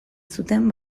zuten